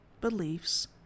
beliefs